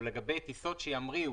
הוא לגבי טיסות שימריאו